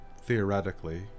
theoretically